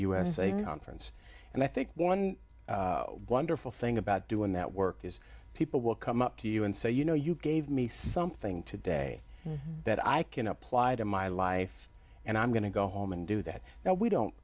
usa conference and i think one wonderful thing about doing that work is people will come up to you and say you know you gave me something today that i can apply to my life and i'm going to go home and do that now we don't